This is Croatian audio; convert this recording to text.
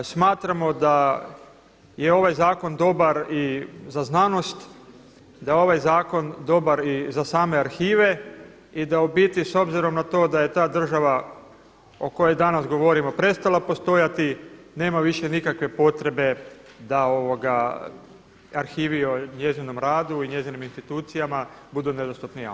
Smatramo da je ovaj zakon dobar i za znanost, da je ovaj zakon dobar i za same arhive i da u biti s obzirom na to da je ta država o kojoj danas govorimo prestala postojati, nema više nikakve potrebe da o arhivi i njezinom radu i njezinim institucijama budu nedostupni javnosti.